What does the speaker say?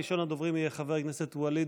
ראשון הדוברים יהיה חבר הכנסת ואליד